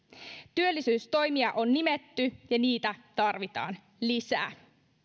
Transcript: työllisyystoimia on nimetty ja niitä tarvitaan lisää